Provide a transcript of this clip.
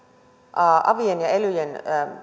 avien ja elyjen